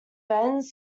ben